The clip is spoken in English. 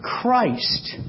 Christ